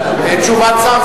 אין תשובת שר.